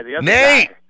Nate